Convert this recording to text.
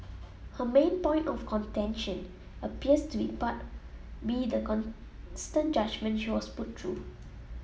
her main point of contention appears to be be the constant judgement she was put through